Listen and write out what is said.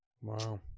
Wow